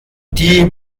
die